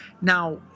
now